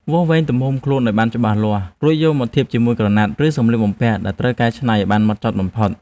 វាស់វែងទំហំខ្លួនឱ្យបានច្បាស់លាស់ រួចយកមកធៀបជាមួយក្រណាត់ ឬសម្លៀកបំពាក់ដែលត្រូវកែច្នៃឱ្យបានហ្មត់ចត់បំផុត។